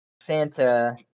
Santa